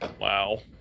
wow